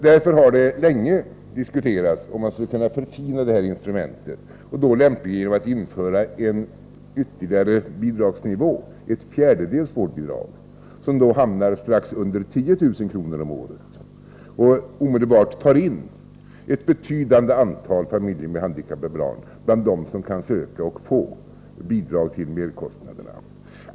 Därför har det länge diskuterats om man skulle kunna förfina det här instrumentet, och då lämpligen genom att införa en ytterligare bidragsnivå, ett fjärdedels vårdbidrag, som då skulle hamna strax under 10 000 kr. om året. Detta vårdbidrag skulle omfatta ett betydande antal familjer med handikappade barn bland dem som kan söka och få bidrag till merkostnaderna.